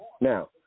Now